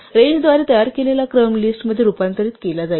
रेंजद्वारे तयार केलेला क्रम लिस्टमध्ये रूपांतरित केला जाईल